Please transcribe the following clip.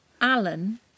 Alan